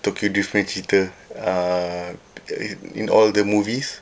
tokyo drift punya cerita uh in all the movies